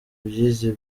by’i